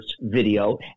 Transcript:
video